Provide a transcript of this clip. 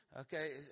Okay